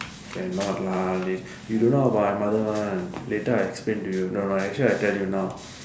cannot lah you don't know about my mother one later I explain to you no no actually I tell you now